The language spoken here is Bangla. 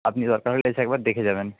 আপনি দরকার হলে এসে একবার দেখে যাবেন